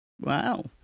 Wow